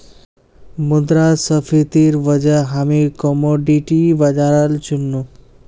मुद्रास्फीतिर वजह हामी कमोडिटी बाजारल चुन नु